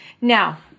Now